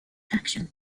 action